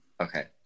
Okay